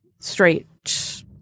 Straight